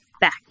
back